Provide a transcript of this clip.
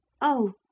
Oh